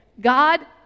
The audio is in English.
God